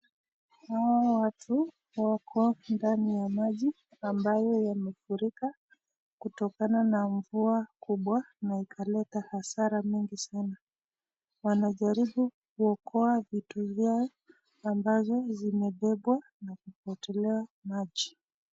Hawa watu wako ndani ya maji ambayo yamefurika kutokana na mvua kubwa na ikaleta hasara mingi sana. Wanajaribu kuokoa vitu vyao ambazo zimebebwa na kupotelea maji.